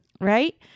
right